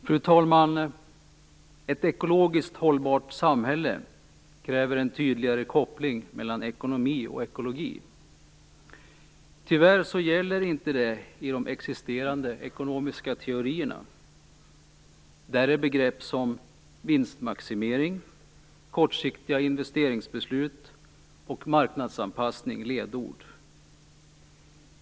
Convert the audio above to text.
Fru talman! Ett ekologiskt hållbart samhälle kräver en tydligare koppling mellan ekonomi och ekologi. Tyvärr gäller inte det i de existerande ekonomiska teorierna. Där är begrepp som vinstmaximering, kortsiktiga investeringsbeslut och marknadsanpassning ledord.